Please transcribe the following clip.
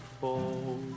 fall